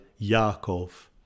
Yaakov